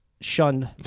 shunned